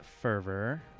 Fervor